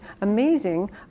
amazing